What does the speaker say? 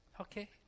Okay